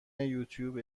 یوتوب